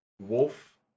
Wolf